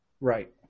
Right